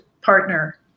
partner